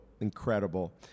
incredible